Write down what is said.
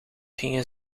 gingen